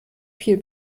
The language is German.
viel